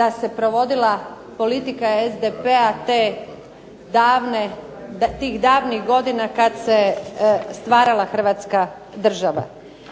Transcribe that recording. da se provodila politika SDP-a te davne, tih davnih godina kada se stvarala Hrvatska država.